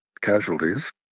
casualties